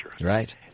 right